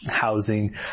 Housing